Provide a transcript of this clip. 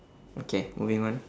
okay moving on